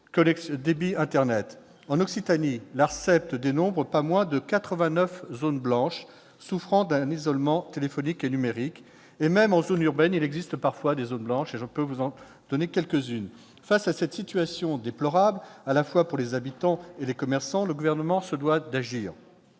débit internet. En Occitanie, l'ARCEP ne dénombre pas moins de 89 zones blanches souffrant d'isolement téléphonique et numérique. Et même en zone urbaine, il existe parfois des zones blanches ; je pourrais vous donner quelques exemples. Face à cette situation, déplorable à la fois pour les habitants et les commerçants, le Gouvernement se doit d'agir.